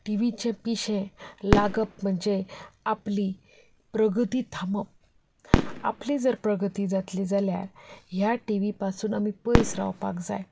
T व्हीचें पिशें लागप म्हणचे आपली प्रगती थांबप आपली जर प्रगती जातली जाल्यार ह्या टी व्ही पासून आमी पयस रावपाक जाय